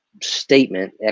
statement